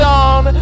on